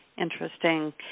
Interesting